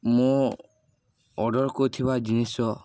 ମୁଁ ଅର୍ଡ଼ର୍ କରିଥିବା ଜିନିଷ